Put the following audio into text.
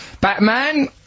Batman